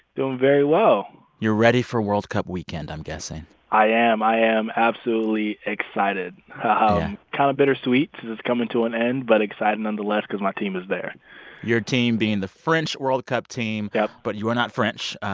doing very well you're ready for world cup weekend, i'm guessing i am. i am absolutely excited yeah kind of bittersweet because it's coming to an end, but excited nonetheless cause my team is there your team being the french world cup team yup but you are not french.